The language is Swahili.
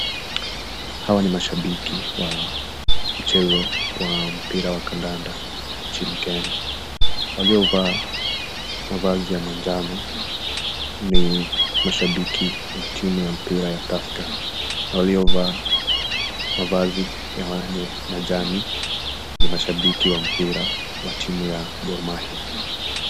Hawa ni mashabiki wa mchezo wa mpira wa kandanda nchini kenya, waliovaa mavazi ya manjano ni mashabiki wa timu ya mpira ya Tusker, waliovaa mavazi ya rangi majani ni mashabiki wa mpira wa timu ya Gor Mahia.